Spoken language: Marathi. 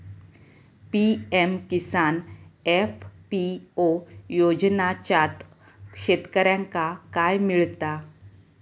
पी.एम किसान एफ.पी.ओ योजनाच्यात शेतकऱ्यांका काय मिळता?